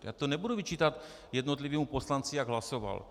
Já to nebudu vyčítat jednotlivému poslanci, jak hlasoval.